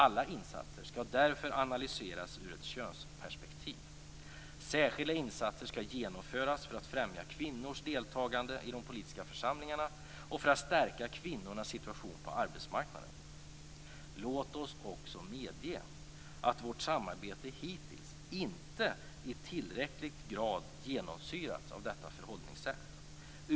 Alla insatser skall därför analyseras ur ett könsperspektiv. Särskilda insatser skall genomföras för att främja kvinnors deltagande i de politiska församlingarna och för att stärka kvinnornas situation på arbetsmarknaden. Låt oss också medge att vårt samarbete hittills inte i tillräcklig grad genomsyrats av detta förhållningssätt.